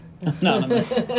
Anonymous